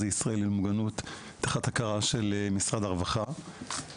הישראלי למוגנות תחת הכרה של משרד הרווחה,